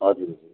हजुर हजुर